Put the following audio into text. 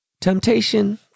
Temptation